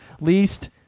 Least